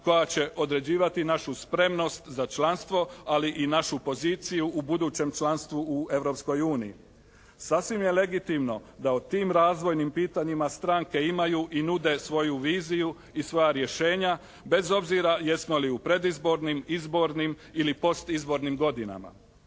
koja će određivati našu spremnost za članstvo ali i našu poziciju u budućem članstvu u Europskoj uniji. Sasvim je legitimno da o tim razvojnim pitanjima stranke imaju i nude svoju viziju i svoja rješenja bez obzira jesmo li u predizbornim, izbornim ili postizbornim godinama.